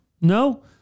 No